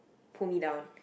pull me down